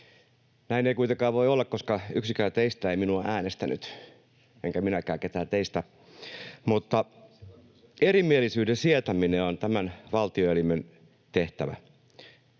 Näin ei kuitenkaan voi olla, koska yksikään teistä ei minua äänestänyt enkä minäkään ketään teistä, mutta erimielisyyden sietäminen on tämän valtioelimen tehtävä.